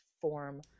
form